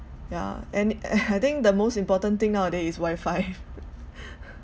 yeah and and I think the most important thing nowaday is wifi